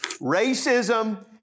Racism